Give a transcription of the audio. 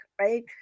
Right